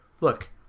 look